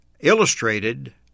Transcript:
illustrated